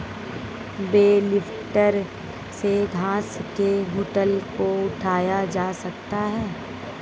bell lifter से घास के गट्ठल को उठाया जा सकता है